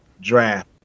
Draft